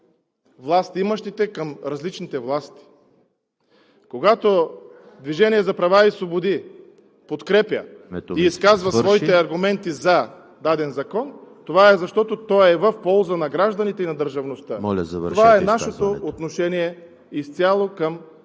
властимащите, към различните власти. Когато „Движението за права и свободи“ подкрепя и изказва своите аргументи за даден закон, това е защото той е в полза на гражданите и на държавността. ПРЕДСЕДАТЕЛ ЕМИЛ ХРИСТОВ: